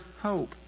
hope